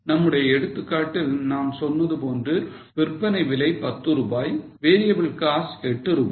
நம்முடைய எடுத்துக்காட்டில் நான் சொன்னது போன்று விற்பனை விலை 10 ரூபாய் variable cost 8 ரூபாய்